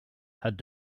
had